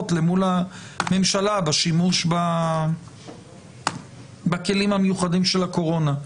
למול הממשלה בשימוש בכלים המיוחדים של הקורונה.